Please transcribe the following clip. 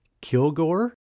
Kilgore